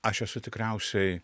aš esu tikriausiai